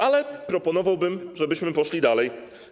Ale proponowałbym, żebyśmy poszli dalej.